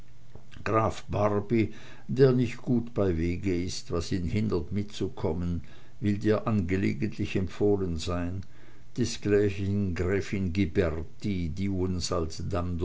der nicht gut bei wege ist was ihn hindert mitzukommen will dir angelegentlich empfohlen sein desgleichen gräfin ghiberti die uns als